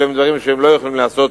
אלה דברים שלא יכולים להיעשות